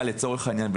לקדמם.